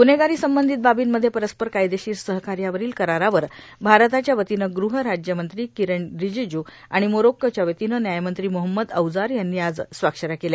ग्रन्हेगारासंबंधित बाबींमध्ये परस्पर कायदेशीर सहकायावराल करारावर भारताच्या वतीन गहराज्यमंत्री र्फिरेन र्परजीजू आर्गाण मोरोक्कोच्या वतीन न्यायमंत्री मोहम्मद औजार यांनी आज स्वाक्षऱ्या केल्या